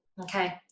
Okay